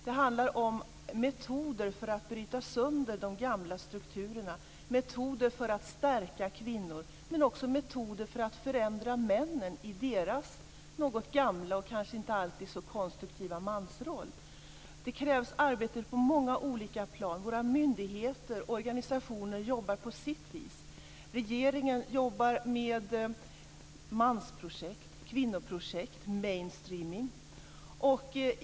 Det handlar om metoder för att bryta sönder de gamla strukturerna, metoder för att stärka kvinnor och också metoder för att förändra männen i deras något gamla och kanske inte alltid så konstruktiva mansroll. Det krävs arbete på många olika plan. Myndigheter och organisationer jobbar på sitt vis. Regeringen jobbar med mansprojekt, kvinnoprojekt och mainstreaming.